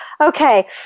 okay